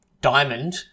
diamond